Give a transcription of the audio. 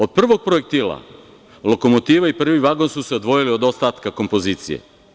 Od prvog projektila lokomotiva i prvi vagon su se odvojili od ostatka kompozicije.